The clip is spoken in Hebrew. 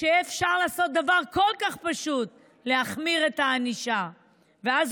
כשאפשר לעשות דבר כל כך פשוט: להחמיר את הענישה ואז,